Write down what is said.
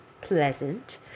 pleasant